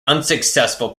unsuccessful